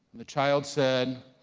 the child said,